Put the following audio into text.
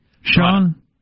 Sean